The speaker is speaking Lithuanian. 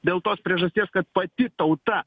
dėl tos priežasties kad pati tauta